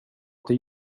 till